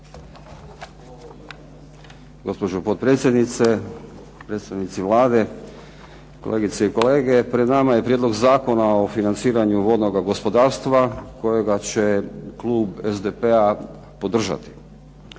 Gospođo potpredsjednice, predstavnici Vlade, kolegice i kolege. Pred nama je Prijedlog Zakona o financiranju vodnoga gospodarstva kojega će klub SDP-a podržati.